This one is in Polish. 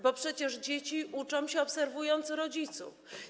Bo przecież dzieci uczą się, obserwując rodziców.